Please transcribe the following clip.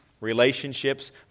relationships